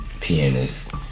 pianist